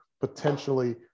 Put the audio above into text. potentially